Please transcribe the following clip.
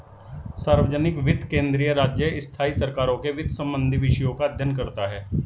सार्वजनिक वित्त केंद्रीय, राज्य, स्थाई सरकारों के वित्त संबंधी विषयों का अध्ययन करता हैं